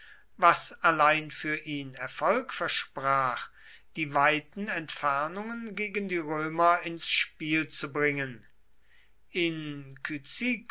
was allein für ihn erfolg versprach die weiten entfernungen gegen die römer ins spiel zu bringen in